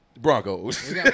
Broncos